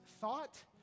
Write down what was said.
thought